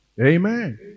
Amen